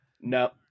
No